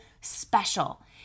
special